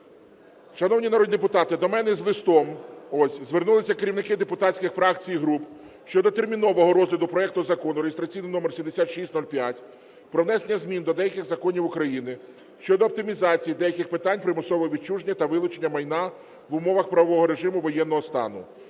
Шановні народні депутати, до мене з листом, ось, звернулися керівники депутатських фракцій і груп щодо термінового розгляду проекту Закону, реєстраційний номер 7605, про внесення змін до деяких законів України щодо оптимізації деяких питань примусового відчуження та вилучення майна в умовах правового режиму воєнного стану,